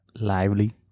Lively